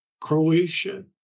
Croatia